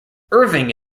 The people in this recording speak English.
irving